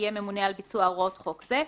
יהיה ממונה על ביצוע הוראות חוק זה,